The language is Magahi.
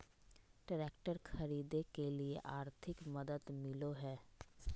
ट्रैक्टर खरीदे के लिए आर्थिक मदद मिलो है?